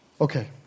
Okay